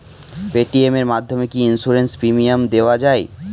Paytm এর মাধ্যমে কি ইন্সুরেন্স প্রিমিয়াম দেওয়া যায়?